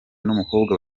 n’umukobwa